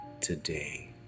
today